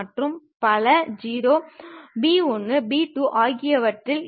அதை பெறுவதற்கு நமக்கு கிடைக்கக்கூடிய காட்சிகளைப் பார்ப்போம்